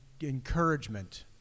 Encouragement